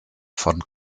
von